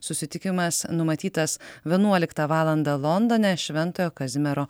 susitikimas numatytas vienuoliktą valandą londone šventojo kazimiero